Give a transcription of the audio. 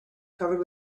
covered